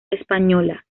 española